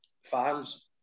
fans